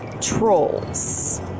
Trolls